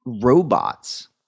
Robots